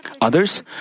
others